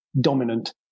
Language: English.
dominant